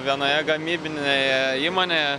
vienoje gamybinėje įmonėje